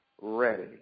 ready